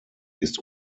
ist